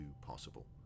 possible